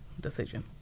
decision